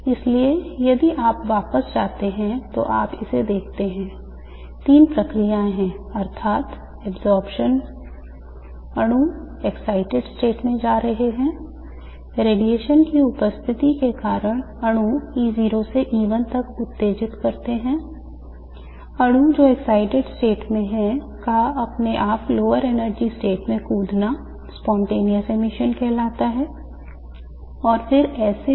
इसलिए यदि आप वापस जाते हैं तो आप इसे देखते हैं तीन प्रक्रियाएं हैं अर्थात् absorption अणु excited state में जा रहे हैं रेडिएशन की उपस्थिति के कारण अणु को E0 से E1 तक उत्तेजित करते हैं अणु जो excited state में हैं का अपने आप lower energy state में कूदना spontaneous emission कहलाता है